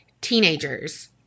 teenagers